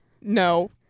No